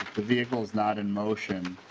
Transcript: the vehicle is not in motion